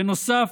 בנוסף,